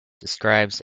describes